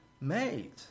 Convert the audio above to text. made